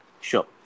Sure